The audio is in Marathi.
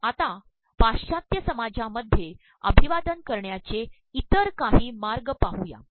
आता पाश्चात्य समाजांमध्ये अमभवादन करण्याचे इतर काही मागय पाहूया